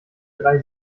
drei